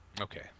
Okay